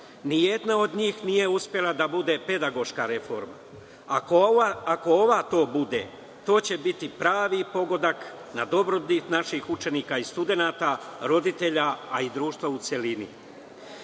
Ni jedna od njih nije uspela da bude pedagoška reforma. Ako ova to bude, to će biti pravi pogodak na dobrobit naših učenika i studenata, roditelja, a i društva u celini. Dame